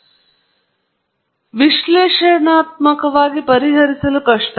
ಹೇಗಾದರೂ ಅವರು ವಿಶ್ಲೇಷಣಾತ್ಮಕವಾಗಿ ಪರಿಹರಿಸಲು ಕಷ್ಟ